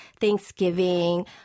Thanksgiving